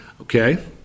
Okay